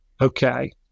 Okay